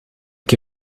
que